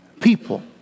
people